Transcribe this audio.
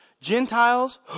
Gentiles